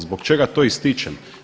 Zbog čega to ističem?